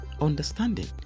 Understanding